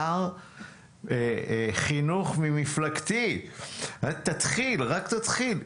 שר חינוך ממפלגתי תתחיל, רק תתחיל.